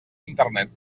internet